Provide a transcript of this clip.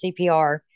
CPR